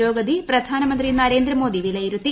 പുരോഗതി പ്രധാനമന്ത്രി നരേന്ദ്രമോദി വിലയിരുത്തി